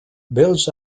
bells